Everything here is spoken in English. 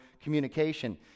communication